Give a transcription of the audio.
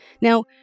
Now